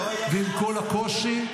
ועם כל הקושי,